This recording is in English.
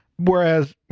Whereas